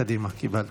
קדימה, קיבלת.